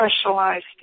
specialized